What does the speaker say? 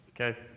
Okay